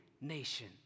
nation